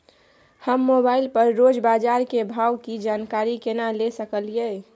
हम मोबाइल पर रोज बाजार के भाव की जानकारी केना ले सकलियै?